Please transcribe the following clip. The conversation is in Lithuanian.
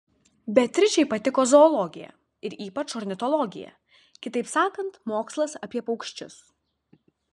beatričei patiko zoologija ir ypač ornitologija kitaip sakant mokslas apie paukščius